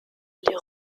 les